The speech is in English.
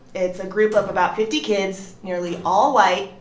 it's a group of about fifty kids, nearly all white,